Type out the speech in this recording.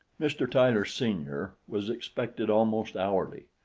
mr. tyler, sr, was expected almost hourly.